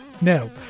No